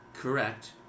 Correct